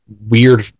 weird